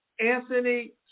Anthony